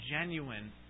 genuine